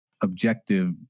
objective